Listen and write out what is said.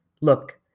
look